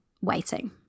waiting